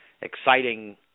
exciting